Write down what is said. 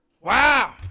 wow